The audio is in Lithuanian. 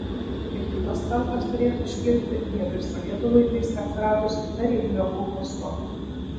prekybos centras turėtų iškilti vietoj sovietų laikais atsiradusių tarybinio ūkio sodų